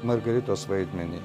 margaritos vaidmenį